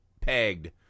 pegged